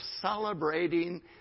celebrating